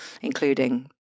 including